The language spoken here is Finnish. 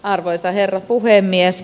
arvoisa herra puhemies